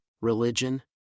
Religion